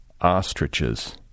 Ostriches